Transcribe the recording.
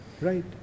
right